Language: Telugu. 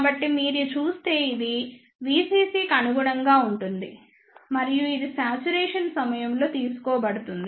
కాబట్టిమీరు చూస్తే ఇది VCC కి అనుగుణంగా ఉంటుంది మరియు ఇది ఈ శ్యాచురేషన్ సమయంలో తీసుకోబడుతుంది